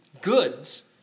goods